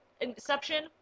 Inception